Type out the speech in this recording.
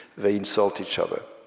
they insult each other.